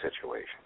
situation